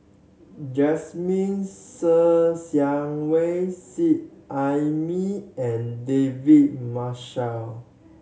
Jasmine Ser Xiang Wei Seet Ai Mee and David Marshall